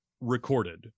recorded